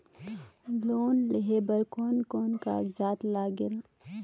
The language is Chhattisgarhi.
लोन लेहे बर कोन कोन कागजात लागेल?